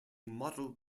model